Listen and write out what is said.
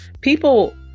people